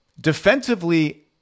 Defensively